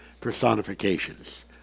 personifications